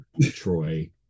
Troy